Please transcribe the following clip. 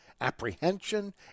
apprehension